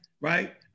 right